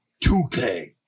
2K